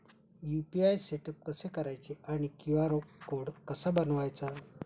UPI setup कसे करायचे आणि क्यू.आर कोड कसा बनवायचा?